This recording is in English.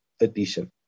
addition